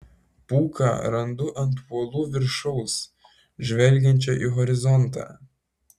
puką randu ant uolų viršaus žvelgiančią į horizontą